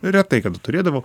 retai kada turėdavau